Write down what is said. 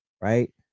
right